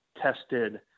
tested